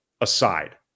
aside